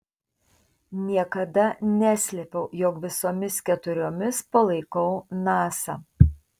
niekada neslėpiau jog visomis keturiomis palaikau nasa